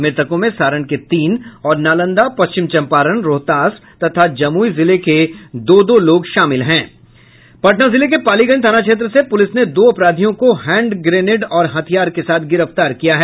मृतकों में सारण के तीन और नालंदा पश्चिम चंपारण रोहतास तथा जमुई जिले के दो दो लोग शामिल हैं पटना जिले के पालीगंज थाना क्षेत्र से पुलिस ने दो अपराधियों को हैंडग्रेनेड और हथियार के साथ गिरफ्तार किया है